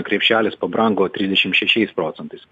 krepšelis pabrango trisdešimt šešiais procentais